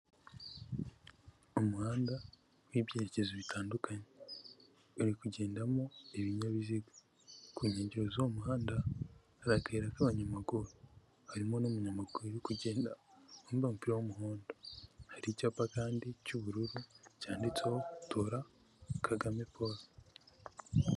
Umuhanda w'ibyerekezo bitandukanye. Uri kugendamo ibinyabiziga. Ku nkengero z'uwo muhanda, hari akayira k'abanyamaguru. Harimo n'umunyamaguru uri kugenda, wambaye umupira w'umuhondo. Hari icyapa kandi cy'ubururu cyanditseho tora Kagame Paul.